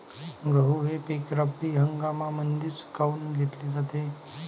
गहू हे पिक रब्बी हंगामामंदीच काऊन घेतले जाते?